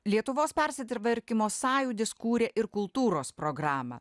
lietuvos persitvarkymo sąjūdis kūrė ir kultūros programą